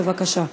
בבקשה.